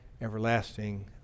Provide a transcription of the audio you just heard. everlasting